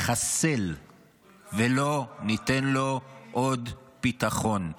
נחסל ולא ניתן לו עוד פתחון.